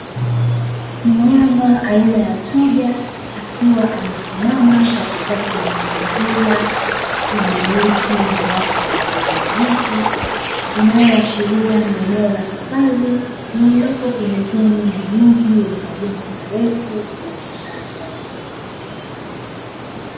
Mnyama aina ya twiga akiwa amesimama katikati ya mazingira yenye miti ya kijani kibichi, ikiashiria kuwa ni eneo la hifadhi liliko pembezoni ya mji, wenye majengo marefu ya kisasa.